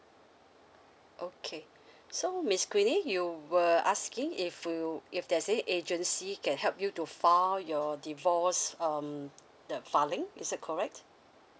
okay so miss queenie you were asking if you if there is any agency can help you to file your divorce um the filing is that correct